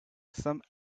some